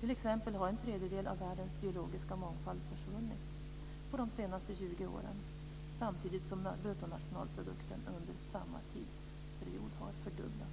T.ex. har en tredjedel av världens biologiska mångfald försvunnit på de senaste tjugo åren. Samtidigt har bruttonationalprodukten under samma tidsperiod fördubblats.